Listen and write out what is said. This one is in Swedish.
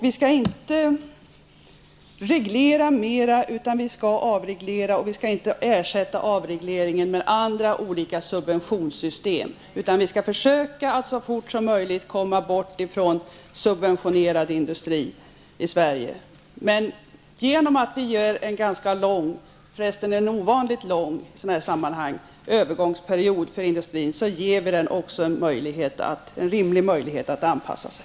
Vi skall inte reglera mera, utan vi skall avreglera. Vi skall inte ersätta avregleringen med andra subventionssystem, utan vi skall försöka att så fort som möjligt komma bort från subventionerad industri i Sverige. Genom att vi ger industrin en i sådana här sammanhang ovanligt lång övergångsperiod ger vi den också en rimlig möjlighet att anpassa sig.